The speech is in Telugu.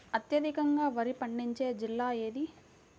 అత్యధికంగా వరి పండించే జిల్లా ఏది?